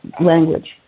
language